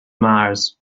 mars